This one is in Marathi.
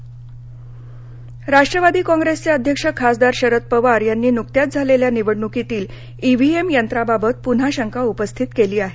राष्ट्रवादी काँग्रेस राष्ट्रवादी काँग्रेसचे अध्यक्ष खासदार शरद पवार यांनी नुकत्याच झालेल्या निवडणुकीतील ईव्हीएम यंत्राबाबत पुन्हा शंका उपस्थित केली आहे